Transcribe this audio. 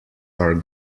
are